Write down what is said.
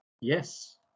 yes